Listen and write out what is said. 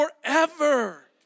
forever